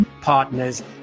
partners